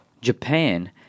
Japan